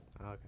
Okay